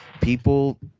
people